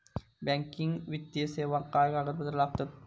Banking वित्तीय सेवाक काय कागदपत्र लागतत?